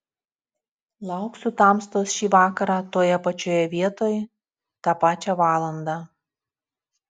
lauksiu tamstos šį vakarą toje pačioje vietoj tą pačią valandą